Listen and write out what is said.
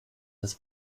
des